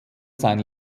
sein